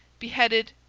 beheaded,